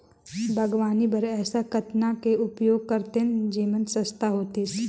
बागवानी बर ऐसा कतना के उपयोग करतेन जेमन सस्ता होतीस?